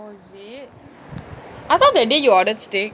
oh is it I thought that day you ordered steak